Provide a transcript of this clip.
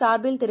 சார்பில் திரு